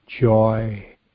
joy